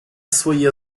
своє